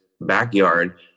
backyard